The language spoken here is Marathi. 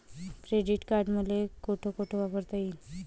क्रेडिट कार्ड मले कोठ कोठ वापरता येईन?